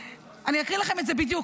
אני אקריא לכם את זה בדיוק.